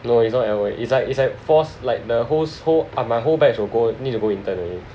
no it's not L_O_A it's like it's like force like the whole s~ whole my whole batch will go need to go intern already